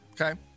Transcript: Okay